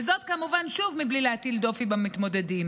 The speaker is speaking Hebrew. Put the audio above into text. ושוב, זאת כמובן מבלי להטיל דופי במתמודדים.